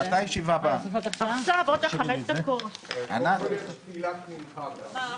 הישיבה ננעלה בשעה 12:28.